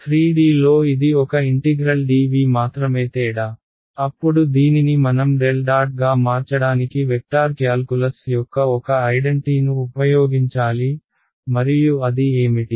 3D లో ఇది ఒక ఇంటిగ్రల్ dV మాత్రమే తేడా అప్పుడు దీనిని మనం డెల్ డాట్గా మార్చడానికి వెక్టార్ క్యాల్కులస్ యొక్క ఒక ఐడెంటీను ఉపయోగించాలి మరియు అది ఏమిటి